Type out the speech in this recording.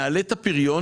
נעלה את הפריון,